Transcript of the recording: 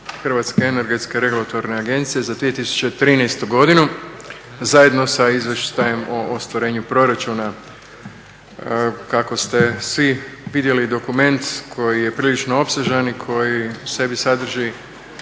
Hrvatske energetske regulatorne agencije za 2013. godinu zajedno sa izvještajem o ostvarenju proračuna. Kako ste svi vidjeli dokument koji je prilično opsežan i koji u sebi sadrži